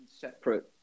separate